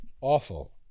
awful